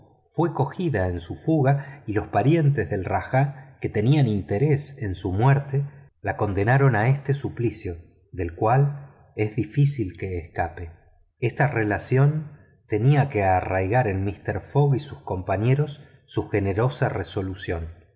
fue alcanzada en su fuga y los parientes del rajá que tenían interés en su muerte la condenaron a este suplicio del cual era difícil que escapara esta relación tenía que arraigar en mister fogg y sus compañeros su generosa resolución